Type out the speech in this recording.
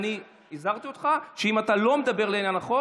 אני הזהרתי אותך שאם אתה לא מדבר לעניין החוק,